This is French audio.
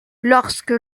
lorsque